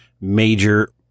major